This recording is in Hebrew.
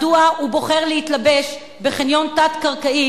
מדוע הוא בוחר להתלבש בחניון תת-קרקעי